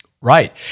Right